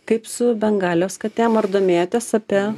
kaip su bengalijos katėm ar domėjotės apie